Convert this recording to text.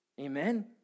Amen